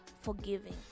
forgiving